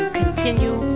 continue